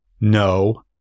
no